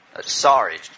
Sorry